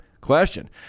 question